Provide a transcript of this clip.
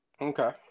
Okay